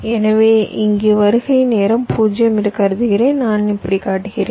எனவே இங்கு வருகை நேரம் 0 என்று கருதுகிறேன் நான் இப்படி காட்டுகிறேன்